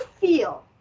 feel